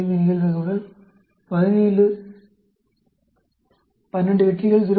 5 நிகழ்தகவுடன் 17 இல் 12 வெற்றிகள் 0